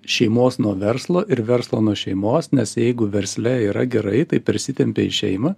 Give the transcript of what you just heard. šeimos nuo verslo ir verslo nuo šeimos nes jeigu versle yra gerai tai persitempia į šeimą